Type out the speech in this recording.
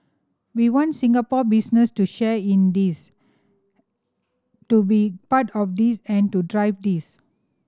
we want Singapore business to share in this to be part of this and to drive this